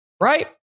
right